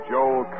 Joel